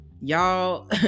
y'all